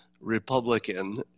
Republican